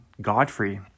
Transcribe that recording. Godfrey